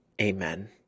Amen